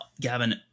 Gavin